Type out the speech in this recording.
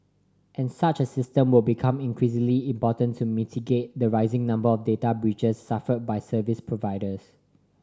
and such a system will become increasingly important to mitigate the rising number of data breaches suffered by service providers